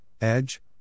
Edge